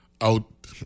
out